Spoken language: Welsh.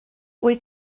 wyt